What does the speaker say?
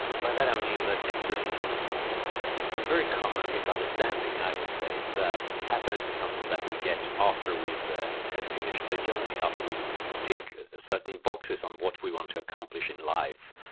by that i mean that it's and a very common misunderstanding, i would say, that happiness is something that we get after we've and finished the journey, after we tick certain boxes on what we want to accomplish in life.